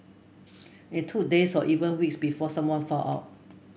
it took days or even weeks before someone found out